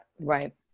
Right